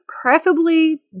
Preferably